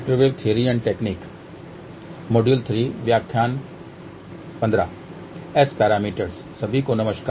सभी को नमस्कार